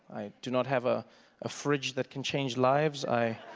i do not have a ah fridge that can change lives, i